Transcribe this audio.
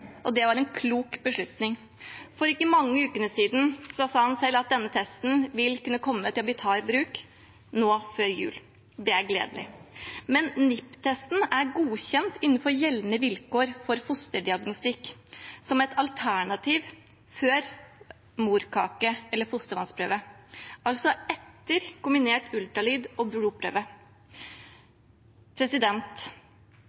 og det var en klok beslutning. For ikke mange ukene siden sa han selv at denne testen vil kunne komme til å bli tatt i bruk nå før jul. Det er gledelig. Men NIPT-testen er godkjent innenfor gjeldende vilkår for fosterdiagnostikk som et alternativ før morkake- eller fostervannsprøve – altså etter kombinert ultralyd og